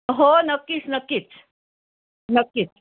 हो नक्कीच नक्कीच नक्कीच